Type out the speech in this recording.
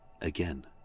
again